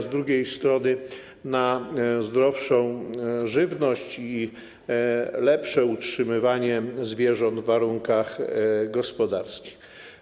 Z drugiej strony jest to szansa na zdrowszą żywność i lepsze utrzymywanie zwierząt w warunkach gospodarskich.